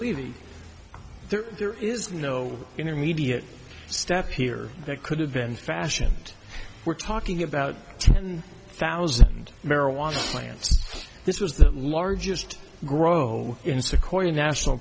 levy there is no intermediate step here that could have been fashioned we're talking about ten thousand marijuana plants this is the largest grow in sequoia national